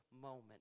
moment